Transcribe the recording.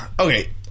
Okay